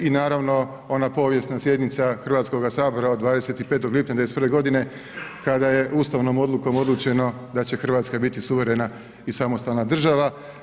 I naravno ona povijesna sjednica Hrvatskoga sabora od 25. lipnja 91. godine kada je ustavnom odlukom odlučeno da će Hrvatska biti suverena i samostalna država.